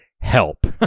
help